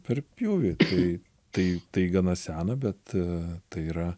per pjūvį tai tai tai gana sena bet tai yra